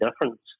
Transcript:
difference